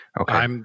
Okay